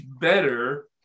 better